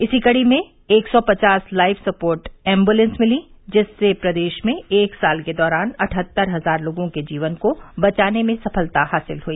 इसी कड़ी में एक सौ पचास लाइफ सपोर्ट एम्बुलेंस मिलीं जिससे प्रदेश में एक साल के दौरान अट्ठहत्तर हज़ार लोगों के जीवन को बचाने में सफलता हासिल हुई